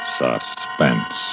Suspense